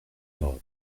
modi